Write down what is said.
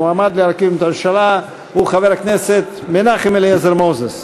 המועמד להרכיב את הממשלה הוא חבר הכנסת מנחם אליעזר מוזס.